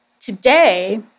Today